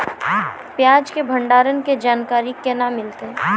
प्याज के भंडारण के जानकारी केना मिलतै?